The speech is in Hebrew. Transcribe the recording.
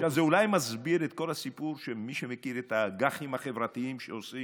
זה אולי מסביר את כל הסיפור של מי שמכיר את האג"חים החברתיות שעושים